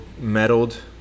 meddled